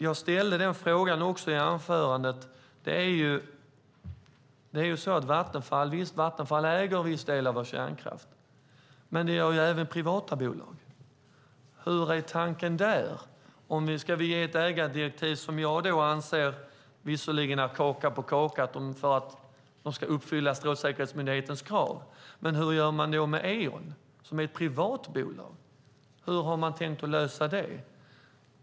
Jag ställde också denna fråga i mitt anförande. Vattenfall äger en viss del av vår kärnkraft, men det gör även privata bolag. Hur är tanken där? Ska vi ge ett ägardirektiv som jag anser är kaka på kaka om att de ska uppfylla Strålsäkerhetsmyndighetens krav? Men hur gör man med Eon som är ett privat bolag? Hur har man tänkt lösa det?